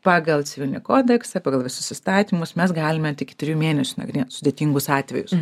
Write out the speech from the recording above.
pagal civilinį kodeksą pagal visus įstatymus mes galime iki trijų mėnesių nagrinėt sudėtingus atvejus